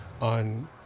on